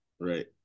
Right